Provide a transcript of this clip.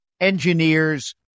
Engineers